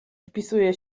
wpisuje